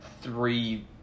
three